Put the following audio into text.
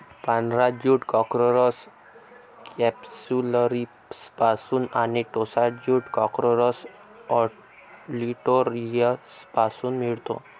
पांढरा jute Corchorus कॅप्सुलरिसपासून आणि टोसा ज्यूट कॉर्कोरस ऑलिटोरियसपासून मिळतो